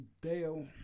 Dale